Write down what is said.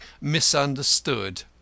misunderstood